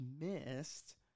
missed